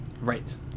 Right